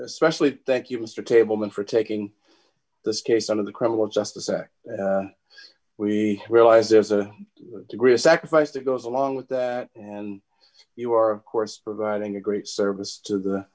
especially thank you mister table men for taking this case out of the criminal justice act we realize there's a degree of sacrifice that goes along with that and you are of course providing a great service to the